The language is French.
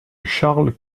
charles